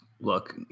Look